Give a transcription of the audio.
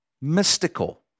mystical